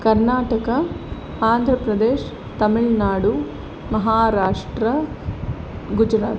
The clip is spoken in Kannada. ಕರ್ನಾಟಕ ಆಂಧ್ರ ಪ್ರದೇಶ್ ತಮಿಳುನಾಡು ಮಹಾರಾಷ್ಟ್ರ ಗುಜರಾತ್